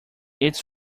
it’s